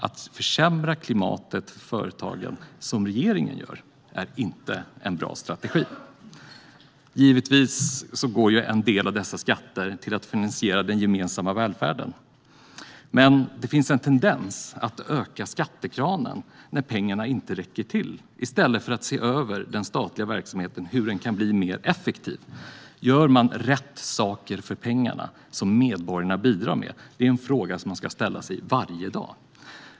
Att försämra klimatet för företagen, som regeringen gör, är inte en bra strategi. Givetvis går en del av dessa skatter till att finansiera den gemensamma välfärden, men det finns en tendens att öppna skattekranen när pengarna inte räcker till i stället för att se över hur den statliga verksamheten kan bli mer effektiv. Gör man rätt saker för pengarna som medborgarna bidrar med? Det är en fråga som man ska ställa sig varje dag.